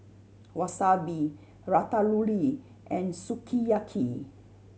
Wasabi Ratatouille and Sukiyaki